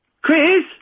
Chris